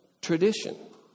Tradition